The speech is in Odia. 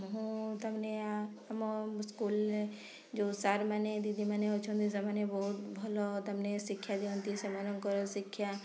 ମୁଁ ତାକୁ ନେଇ ଆମ ସ୍କୁଲ୍ରେ ଯେଉଁ ସାର୍ମାନେ ଦିଦିମାନେ ଅଛନ୍ତି ସେମାନେ ବହୁତ ଭଲ ତାମାନେ ଶିକ୍ଷା ଦିଅନ୍ତି ସେମାନଙ୍କର ଶିକ୍ଷା